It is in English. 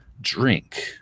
Drink